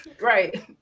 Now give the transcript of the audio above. Right